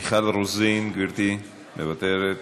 מיכל רוזין, מוותרת,